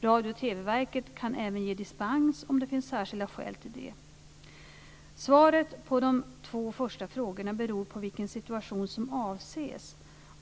Radio och TV-verket kan även ge dispens om det finns särskilda skäl till det. Svaret på de två första frågorna beror på vilken situation som avses.